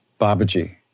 Babaji